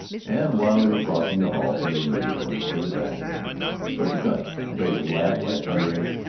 and while they were crossing the hall from the living-room to the dining-room vergil gunch made them laugh by thundering,